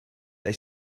they